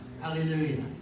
Hallelujah